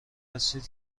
هستید